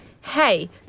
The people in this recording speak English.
hey